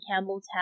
Campbelltown